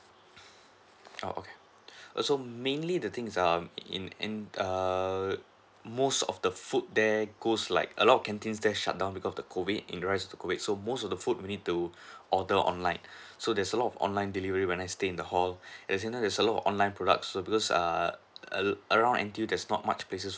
oh okay uh so mainly the things um in and err most of the food there goes like a lot of canteens there shut down because of the COVID in rise to COVID so most of the food we need to order online so there's a lot of online delivery when I stay in the hall as in now there's a lot of online product so because err ar~ around M_T_U there's not much places